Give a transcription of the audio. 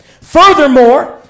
furthermore